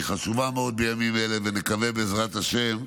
היא חשובה מאוד בימים אלה, ונקווה, בעזרת השם,